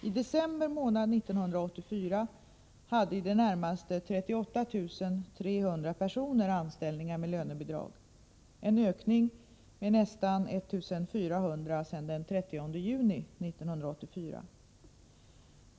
I december månad 1984 hade i det närmaste 38 300 personer anställningar med lönebidrag, en ökning med nästan 1 400 sedan den 30 juni 1984.